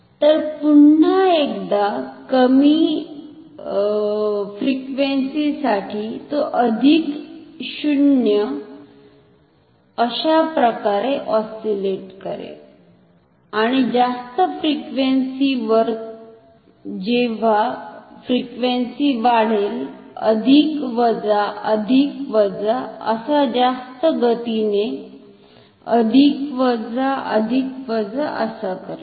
तर पुन्हा एकदा कमी फ्रिक्वेन्सी साठी तो अधिक शुन्य अशाप्रकारे ऑस्सिलेट करेल आणि जास्त फ्रिक्वेन्सी वर जेव्हा फ्रिक्वेन्सी वाढेल अधिक वजाअधिक वजा असा जास्त गतीनेअधिक वजाअधिक वजा असा करेल